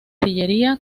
sillería